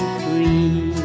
free